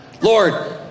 Lord